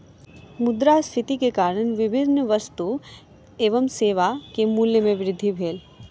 मुद्रास्फीति के कारण विभिन्न वस्तु एवं सेवा के मूल्य में वृद्धि भेल